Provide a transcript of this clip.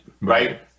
Right